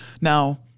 Now